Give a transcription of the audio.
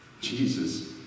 Jesus